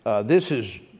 this is